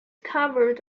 covered